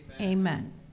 Amen